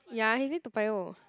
ya he stay Toa-Payoh